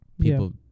people